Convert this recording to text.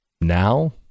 Now